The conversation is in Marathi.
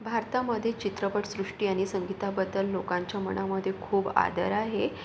भारतामध्ये चित्रपट सृष्टी आणि संगीताबद्दल लोकांच्या मनामध्ये खूप आदर आहे